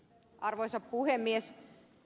arvoisa puhemies